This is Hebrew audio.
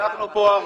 דיבר